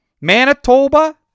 Manitoba